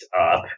up